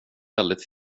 väldigt